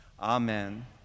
Amen